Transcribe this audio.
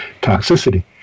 toxicity